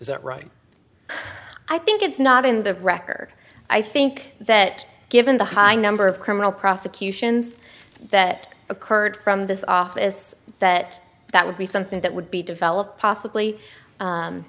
is that right i think it's not in the record i think that given the high number of criminal prosecutions that occurred from this office that that would be something that would be developed possibly